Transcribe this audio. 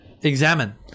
examine